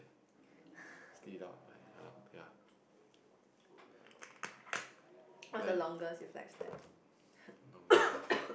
sleep without my alarm ya but longest ah